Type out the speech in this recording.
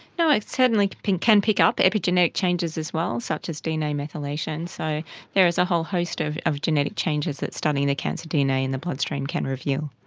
no, it certainly can pick up epigenetic changes as well, such as dna methylation. so there is a whole host of of genetic changes that studying the cancer dna in the bloodstream can reveal.